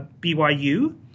BYU